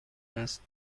است